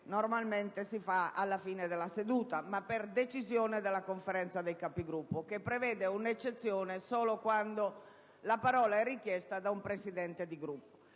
normalmente si concede alla fine della seduta, per decisione della Conferenza dei Capigruppo, che prevede un'eccezione solo quando la parola è richiesta da un Presidente di Gruppo.